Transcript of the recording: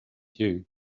you